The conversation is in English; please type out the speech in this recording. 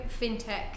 fintech